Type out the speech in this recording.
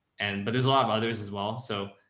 and, but there's a lot of others as well. so.